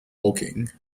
woking